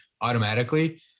automatically